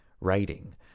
writing